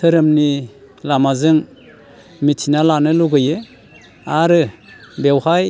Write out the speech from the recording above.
धोरोमनि लामाजों मिथिना लानो लुगैयो आरो बेवहाय